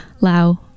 Lao